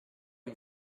une